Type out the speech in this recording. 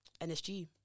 NSG